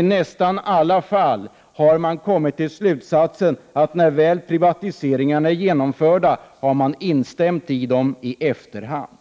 I nästan alla fall har man dock när privatiseringarna väl har varit genomförda instämt i dem i efterhand.